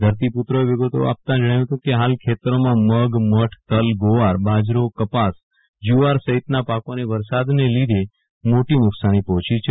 ધરતી પુત્રોએ વિગતો આપતા જણાવ્યુ હતું કે હાલ ખેતરોમાં મગમઠતલીગોવારબાજરોકપાસ જુવાર સહિતના પાકોને વરસાદને લીધે મોટી નકશાની પહોંચી છે